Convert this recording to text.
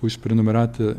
už prenumeratą